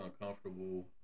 uncomfortable